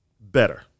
better